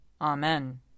Amen